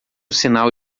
sinal